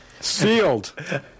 sealed